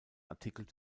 artikel